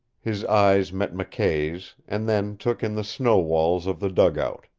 his eyes met mckay's, and then took in the snow walls of the dug-out.